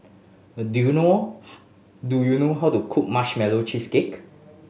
do you know do you know how to cook Marshmallow Cheesecake